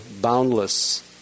boundless